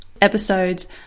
episode's